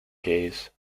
geese